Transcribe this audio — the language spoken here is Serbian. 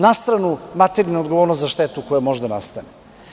Na stranu materijalna odgovornost za štetu koja može da nastane.